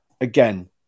again